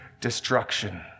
destruction